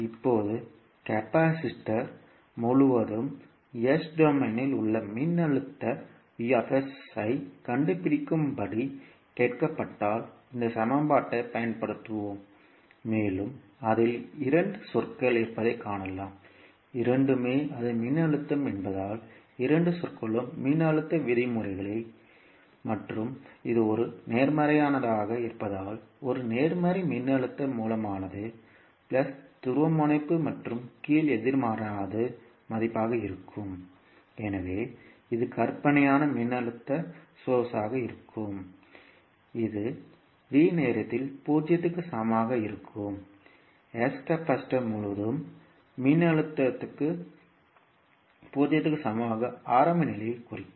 இப்போது கெபாசிட்டர் முழுவதும் S டொமைனில் உள்ள மின்னழுத்த V ஐக் கண்டுபிடிக்கும்படி கேட்கப்பட்டால் இந்த சமன்பாட்டைப் பயன்படுத்துவோம் மேலும் அதில் இரண்டு சொற்கள் இருப்பதைக் காணலாம் இரண்டுமே அது மின்னழுத்தம் என்பதால் இரண்டு சொற்களும் மின்னழுத்த விதிமுறைகள் மற்றும் இது ஒரு நேர்மறையானதாக இருப்பதால் ஒரு நேர்மறை மின்னழுத்த மூலமானது பிளஸ் துருவமுனைப்பு மற்றும் கீழே எதிர்மறையானது மதிப்பாக இருக்கும் எனவே இது கற்பனையான மின்னழுத்த மூலமாக இருக்கும் இது v நேரத்தில் 0 க்கு சமமாக இருக்கும் s கெபாசிட்டர் முழுவதும் மின்னழுத்தம் 0 க்கு சமமான ஆரம்ப நிலையை குறிக்கும்